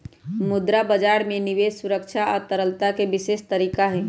मुद्रा बजार में निवेश सुरक्षा आ तरलता के विशेष तरीका हई